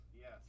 yes